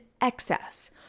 excess